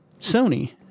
Sony